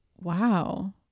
wow